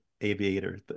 aviator